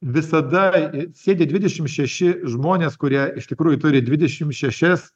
visada sėdi dvidešim šeši žmonės kurie iš tikrųjų turi dvidešim šešias